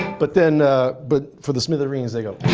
but then but for the smithereens, they go